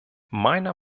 meiner